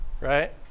right